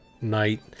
night